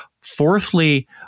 Fourthly